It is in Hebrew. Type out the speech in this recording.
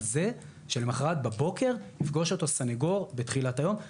על זה שלמחרת בבוקר יפגוש אותו סנגור בתחילת היום,